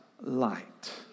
light